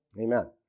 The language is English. Amen